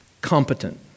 Competent